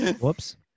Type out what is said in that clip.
Whoops